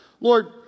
Lord